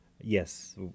Yes